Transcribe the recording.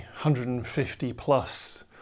150-plus